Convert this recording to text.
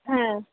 হ্যাঁ